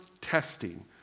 testing